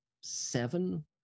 seven